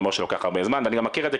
אומר שלוקח הרבה זמן ואני גם מכיר את זה,